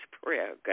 prayer